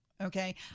okay